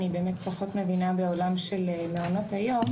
אני פחות מבינה בעולם של מעונות היום.